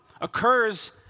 occurs